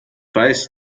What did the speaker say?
weiß